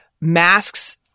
masks